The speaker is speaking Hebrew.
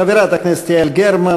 חברת הכנסת יעל גרמן.